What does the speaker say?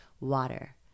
Water